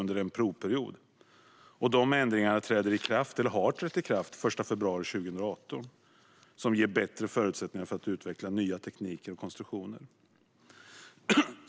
De ändringarna trädde i kraft den 1 februari 2018 och ger bättre förutsättningar för att utveckla nya tekniker och konstruktioner.